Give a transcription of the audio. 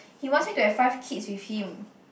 he wants me to have five kids with him